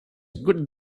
good